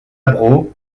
braux